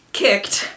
kicked